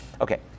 Okay